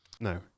no